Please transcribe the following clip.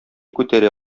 күтәрә